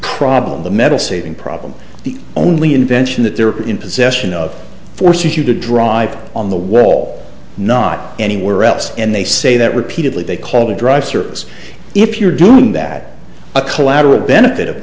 problem the metal saving problem the only invention that they're in possession of forces you to drive on the wall not anywhere else and they say that repeatedly they call to drive service if you're doing that a collateral benefit of